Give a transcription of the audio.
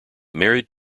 married